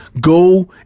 go